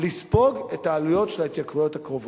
לספוג את העלויות של ההתייקרויות הקרובות.